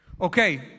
okay